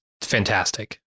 fantastic